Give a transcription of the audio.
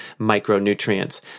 micronutrients